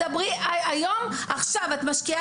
כל המחקרים מצביעים על זה שאם עכשיו תשקיעי